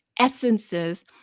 essences